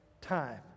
time